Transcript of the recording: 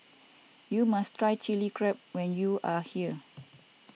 you must try Chilli Crab when you are here